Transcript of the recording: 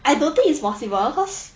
I don't think it's possible cause